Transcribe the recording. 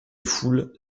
foule